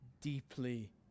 deeply